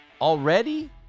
already